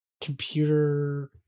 Computer